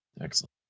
Excellent